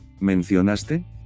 ¿Mencionaste